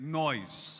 noise